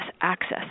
access